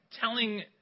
telling